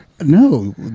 no